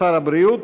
שר הבריאות,